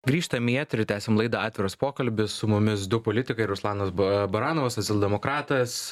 grįžtam į eterį tęsiam laidą atviras pokalbis su mumis du politikai ruslanas ba baranovas socialdemokratas